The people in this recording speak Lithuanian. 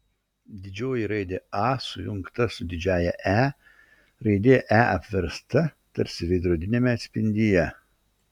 didžioji raidė a sujungta su didžiąja e raidė e apversta tarsi veidrodiniame atspindyje